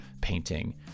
painting